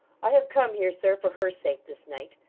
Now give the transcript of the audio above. i have come here, sir, for her sake, this night.